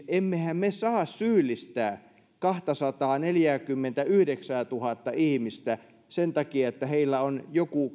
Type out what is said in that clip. emmehän me saa syyllistää käytännössä kahtasataaneljääkymmentäyhdeksäätuhatta ihmistä sen takia että heillä on joku